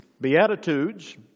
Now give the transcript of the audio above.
Beatitudes